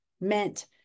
meant